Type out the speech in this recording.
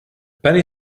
penny